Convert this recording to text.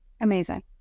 Amazing